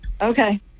Okay